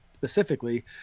specifically